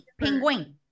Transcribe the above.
Penguin